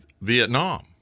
Vietnam